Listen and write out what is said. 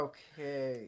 Okay